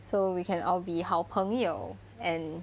so we can all be 好朋友 and